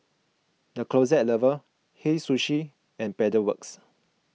the Closet Lover Hei Sushi and Pedal Works